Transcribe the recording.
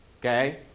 Okay